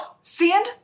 Sand